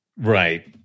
Right